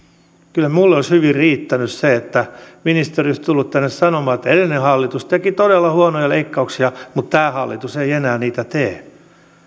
kyllä minulle olisi hyvin riittänyt se että ministeri olisi tullut tänne sanomaan että edellinen hallitus teki todella huonoja leikkauksia mutta tämä hallitus ei enää niitä tee